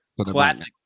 classic